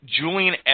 Julian